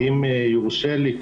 אם יורשה לי.